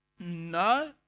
No